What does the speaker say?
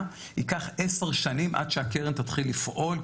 ייקח עשר שנים עד שהקרן תתחיל לפעול,